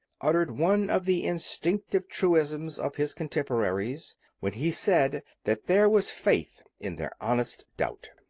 uttered one of the instinctive truisms of his contemporaries when he said that there was faith in their honest doubt.